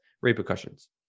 repercussions